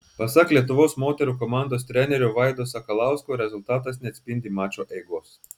pasak lietuvos moterų komandos trenerio vaido sakalausko rezultatas neatspindi mačo eigos